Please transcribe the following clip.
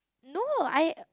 no I